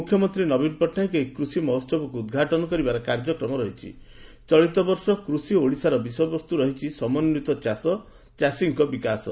ମୁଖ୍ୟମନ୍ତୀ ନବୀନ ପଟନାୟକ ଏହି କୃଷି ମହୋହବକୁ ଉଦ୍ଘାଟନ କରିବାର କାର୍ଯ୍ୟକ୍ରମ ରହିଛି ଚଳିତବର୍ଷ କୃଷି ଓଡ଼ିଶାର ବିଷୟବସ୍ତୁ ରହିଛି 'ସମନ୍ପିତ ଚାଷ ଚାଷୀଙ୍କ ବିକାଶ'